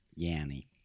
Yanny